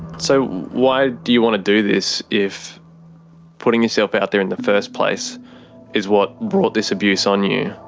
so. why do you want to do this? if putting yourself out there in the first place is what brought this abuse on you.